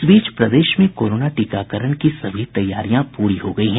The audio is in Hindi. इस बीच प्रदेश में कोरोना टीकाकरण की सभी तैयारियां पूरी हो गयी हैं